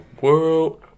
world